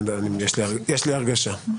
יש לי הרגשה.